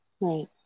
Right